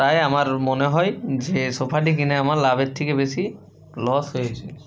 তাই আমার মনে হয় যে সোফাটি কিনে আমার লাভের থেকে বেশি লস হয়েছে